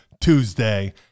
Tuesday